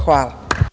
Hvala.